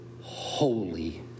holy